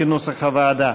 כנוסח הוועדה.